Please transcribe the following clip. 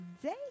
today